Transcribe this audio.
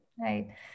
Right